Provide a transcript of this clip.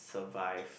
survive